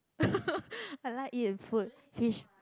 I like eat and food fish